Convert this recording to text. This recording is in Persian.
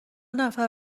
نفر